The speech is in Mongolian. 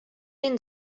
ийн